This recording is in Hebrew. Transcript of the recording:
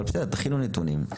אבל בסדר, תכינו נתונים.